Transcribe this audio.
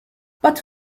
but